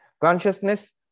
Consciousness